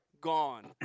gone